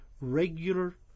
regular